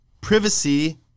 privacy